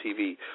TV